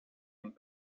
een